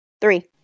three